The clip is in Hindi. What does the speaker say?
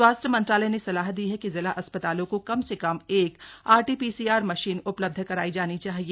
स्वास्थ्य मंत्रालय ने सलाह दी है कि जिला अस्पतालों को कम से कम एक आरटीपीसीआर मशीन उपलब्ध कराई जानी चाहिए